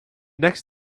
next